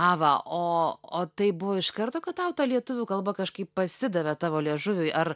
ava o o tai buvo iš karto kad tau ta lietuvių kalba kažkaip pasidavė tavo liežuviui ar